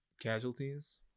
casualties